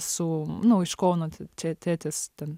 su nu iš kauno čia tėtis ten